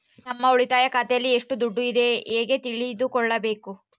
ನಮ್ಮ ಉಳಿತಾಯ ಖಾತೆಯಲ್ಲಿ ಎಷ್ಟು ದುಡ್ಡು ಇದೆ ಹೇಗೆ ತಿಳಿದುಕೊಳ್ಳಬೇಕು?